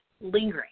lingering